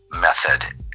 method